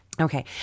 Okay